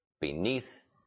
beneath